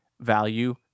value